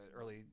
early